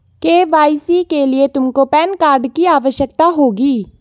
KYC के लिए तुमको पैन कार्ड की भी आवश्यकता होगी